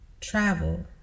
travel